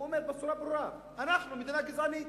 הוא אומר בצורה ברורה: אנחנו מדינה גזענית,